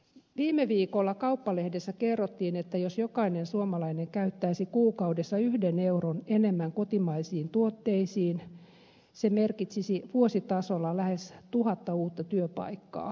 viime viikolla kauppalehdessä kerrottiin että jos jokainen suomalainen käyttäisi kuukaudessa yhden euron enemmän kotimaisiin tuotteisiin se merkitsisi vuositasolla lähes tuhatta uutta työpaikkaa